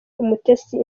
umutesi